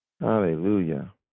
Hallelujah